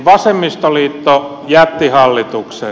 vasemmistoliitto jätti hallituksen